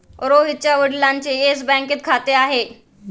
रोहितच्या वडिलांचे येस बँकेत खाते आहे